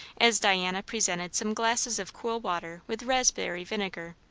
as diana presented some glasses of cool water with raspberry vinegar.